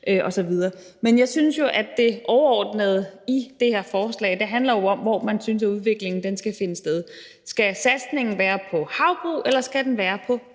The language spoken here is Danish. forstå. Men overordnet set handler det her forslag jo om, hvor man synes udviklingen skal finde sted – skal satsningen være på havbrug, eller skal den være på